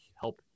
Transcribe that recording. help